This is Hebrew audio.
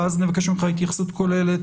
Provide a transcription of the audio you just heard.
ואז נבקש ממך התייחסות כוללת